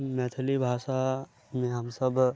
मैथिली भाषा मे हमसब